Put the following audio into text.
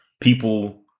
people